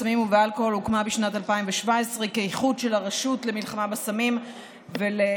בסמים ובאלכוהול הוקמה בשנת 2017 כאיחוד של הרשות למלחמה בסמים ולשימוש